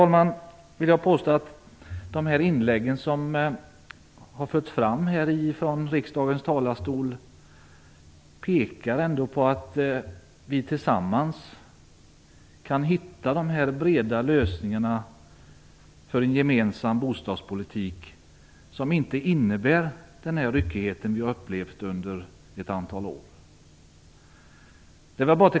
Annars vill jag påstå att de inlägg som har förts fram i riksdagens talarstol pekar på att vi tillsammans kan hitta breda lösningar för en gemensam bostadspolitik som inte innebär den ryckighet som vi har upplevt under ett antal år.